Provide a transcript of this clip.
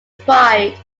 pride